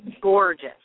gorgeous